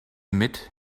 mit